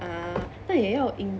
ah 那也要 in